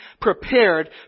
prepared